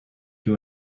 you